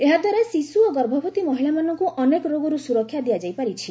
ଏହାଦ୍ୱାରା ଶିଶୁ ଓ ଗର୍ଭବତୀ ମହିଳାମାନଙ୍କୁ ଅନେକ ରୋଗରୁ ସୁରକ୍ଷା ଦିଆଯାଇ ପାରିଛି